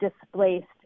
displaced